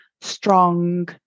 strong